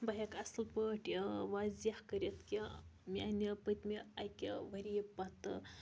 بہٕ ہٮ۪کہٕ اَصٕل پٲٹھۍ واضیحہ کٔرِتھ کہِ مےٚ اَنہِ پٔتۍمہِ اَکہِ ؤریہِ پَتہٕ